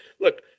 look